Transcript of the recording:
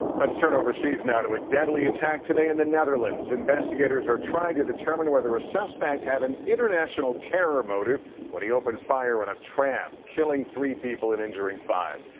let's turn overseas now to a deadly attack today in the netherlands. investigators are trying to determine whether a suspect had an international terror motive when he opened fire on a tram killing three people and injuring five.